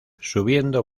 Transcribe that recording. subiendo